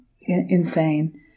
insane